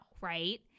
right